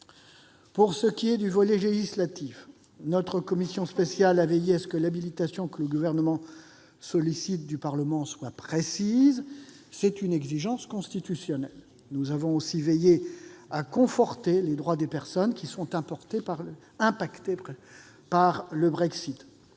Pour ce qui est du volet législatif, notre commission spéciale a veillé à ce que l'habilitation que le Gouvernement sollicite du Parlement soit précise. C'est une exigence constitutionnelle. Nous avons également fait attention à conforter les droits des personnes concernées par le Brexit.